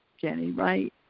jenny, right,